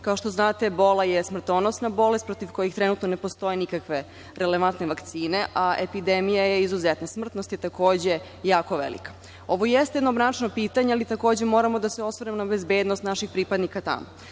što znate, ebola je smrtonosna bolest protiv koje trenutno ne postoje nikakve relevantne vakcine, a epidemija je izuzetne smrtnosti, takođe jako velika. Ovo jeste jedno mračno pitanje, ali takođe moramo da se osvrnemo na bezbednost naših pripadnika tamo. Tako